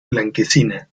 blanquecina